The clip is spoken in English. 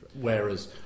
Whereas